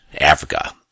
Africa